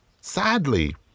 Sadly